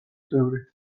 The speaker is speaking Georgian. წევრი